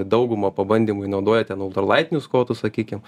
dauguma pabandymui naudoja ten ultralaitinius kotus sakykim